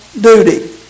duty